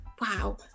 wow